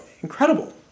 incredible